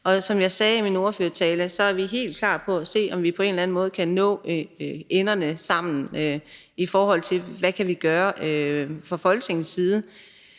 Som jeg sagde i min ordførertale, så er vi helt klar til at se på, om vi på en eller anden måde kan få enderne til at nå sammen, i forhold til hvad vi kan gøre fra Folketingets side.